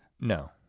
No